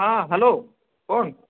हां हॅलो कोण